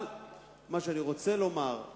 אבל מה שאני רוצה לומר הוא